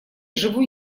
живу